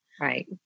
Right